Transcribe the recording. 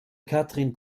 katrin